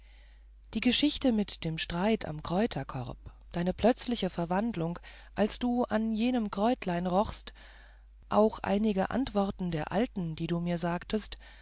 die geschichte mit dem streit am kräuterkorb deine plötzliche verwandlung als du an jenem kräutlein rochst auch einige worte der alten die du mir sagtest